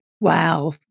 Wow